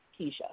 Keisha